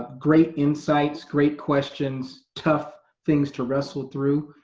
ah great insights, great questions, tough things to wrestle through.